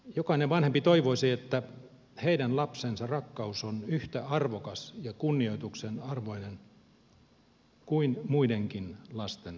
jokainen vanhempi toivoisi että heidän lapsensa rakkaus on yhtä arvokas ja kunnioituksen arvoinen kuin muidenkin lasten rakkaus